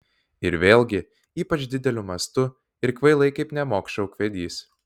ir vėlgi ypač dideliu mastu ir kvailai kaip nemokša ūkvedys